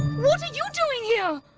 what are you doing here?